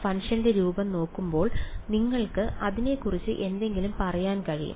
ഫംഗ്ഷന്റെ രൂപം നോക്കുമ്പോൾ നിങ്ങൾക്ക് അതിനെക്കുറിച്ച് എന്തെങ്കിലും പറയാൻ കഴിയും